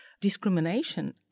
discrimination